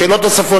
שאלות נוספות,